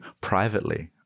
privately